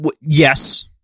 Yes